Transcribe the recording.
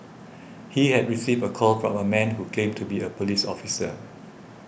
he had received a call from a man who claimed to be a police officer